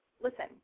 Listen